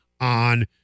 on